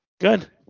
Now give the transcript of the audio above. Good